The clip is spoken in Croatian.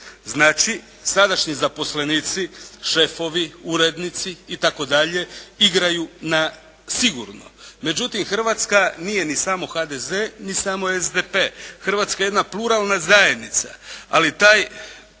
Znači sadašnji zaposlenici, šefovi, urednici itd. igraju na sigurno. Međutim Hrvatska nije ni samo HDZ ni samo SDP. Hrvatska je jedna pluralna zajednica. Ali taj